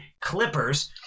Clippers